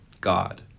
God